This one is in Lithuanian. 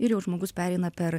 ir jau žmogus pereina per